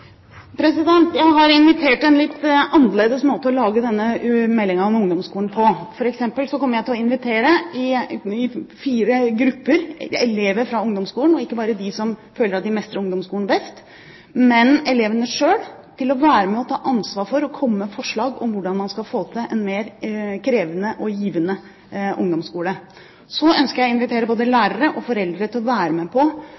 Jeg har invitert til en litt annerledes måte å lage denne meldingen om ungdomsskolen på. For eksempel kommer jeg til å invitere fire grupper med elever fra ungdomsskolen, og ikke bare dem som føler at de mestrer ungdomsskolen best. Elevene må selv være med og ta ansvar for, og komme med forslag om, hvordan man skal få til en mer krevende og givende ungdomsskole. Så ønsker jeg å invitere både lærere og foreldre til å være med på